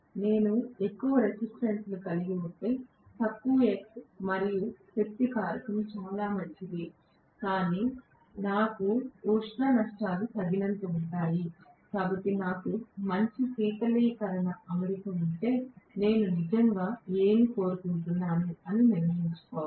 నేను ఎక్కువ రెసిస్టెన్స్ ను కలిగి ఉంటే తక్కువ X అయితే శక్తి కారకం చాలా మంచిది కాని నాకు ఉష్ణ నష్టాలు తగినంత ఉంటాయి కాబట్టి నాకు మంచి శీతలీకరణ అమరిక ఉంటే నేను నిజంగా ఏమి కోరుకుంటున్నాను అని నిర్ణయించుకోవాలి